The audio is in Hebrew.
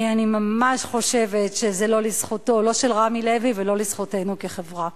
אני ממש חושבת שזה לא לזכותו לא של רמי לוי ולא לזכותנו כחברה.